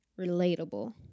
relatable